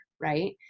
right